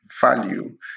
value